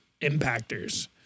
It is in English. impactors